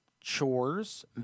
Chores